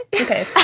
Okay